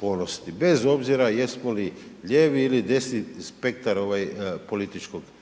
ponosni bez obzira jesmo li lijevi ili desni spektar ovaj političkog tijela.